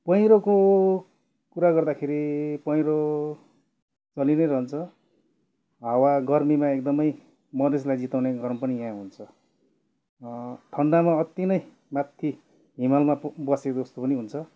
पहिरोको कुरा गर्दाखेरि पहिरो चलि नै रहन्छ हावा गर्मीमा एकदमै मधेसलाई जिताउने गरम पनि यहाँ हुन्छ ठन्डामा अत्ति नै माथि हिमालमा पुग बसेको जस्तो पनि हुन्छ